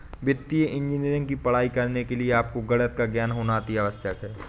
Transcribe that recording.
वित्तीय इंजीनियरिंग की पढ़ाई करने के लिए आपको गणित का ज्ञान होना अति आवश्यक है